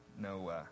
no